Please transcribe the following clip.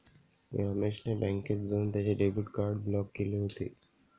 रमेश ने बँकेत जाऊन त्याचे डेबिट कार्ड ब्लॉक केले होते